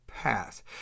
Path